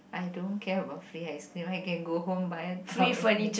I don't care about free ice cream I can go home buy a tub and eat